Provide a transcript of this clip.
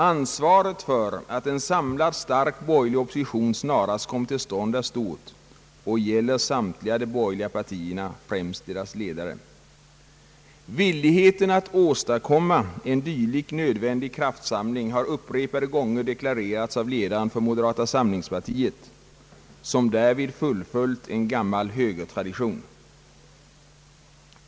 Ansvaret för att en samlad stark borgerlig opposition snarast kommer till stånd är stort och gäller samtliga de borgerliga partierna, främst deras ledare. Villigheten att åstadkomma en dylik nödvändig kraftsamling har upprepade gånger deklarerats av ledaren för moderata samlingspartiet, som därvid fullföljt en gammal högertradition.